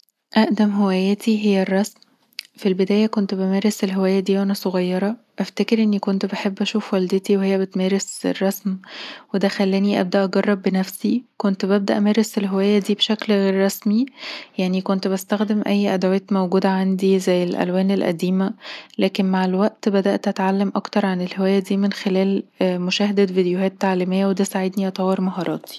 اقدم هواياتي هي الرسم في البدايه كنت بمارس الهواية دي وأنا صغيره. أفتكر إني كنت بحب أشوف والدتي وهي بتمارس الرسم، وده خلاني أبدأ أجرب بنفسي، كنت ببدأ أمارس الهواية بشكل غير رسمي، يعني كنت بستخدم أي أدوات موجودة عندي، زي الألوان القديمة، لكن مع الوقت بدأت أتعلم أكتر عن الهواية دي من خلال مشاهدة فيديوهات تعليمية، وده ساعدني أطور مهاراتي